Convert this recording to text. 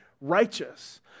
righteous